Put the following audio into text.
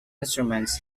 instruments